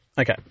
Okay